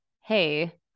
hey